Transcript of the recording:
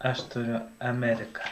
aš turiu amerika